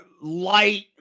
light